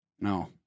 no